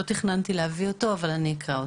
לא תכננתי להביא אותו אבל אני אקרא אותו.